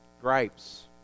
gripes